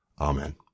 Amen